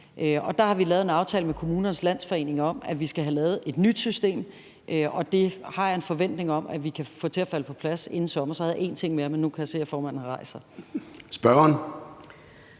Og der har vi lavet en aftale med Kommunernes Landsforening om, at vi skal have lavet et nyt system, og det har jeg en forventning om vi kan få til at falde på plads inden sommer. Så havde jeg en ting mere, men nu kan jeg se, at formanden har rejst sig.